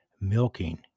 milking